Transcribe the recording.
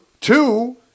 two